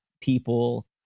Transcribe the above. people